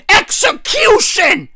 execution